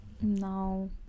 no